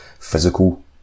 physical